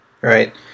Right